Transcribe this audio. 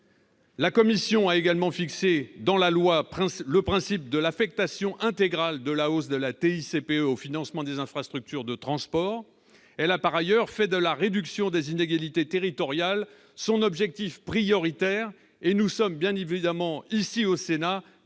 La commission a également fixé dans la loi le principe de l'affectation intégrale de la hausse de la TICPE au financement des infrastructures de transport. Elle a par ailleurs fait de la réduction des inégalités territoriales son objectif prioritaire. Nous sommes bien évidemment ici, au Sénat,